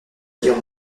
dire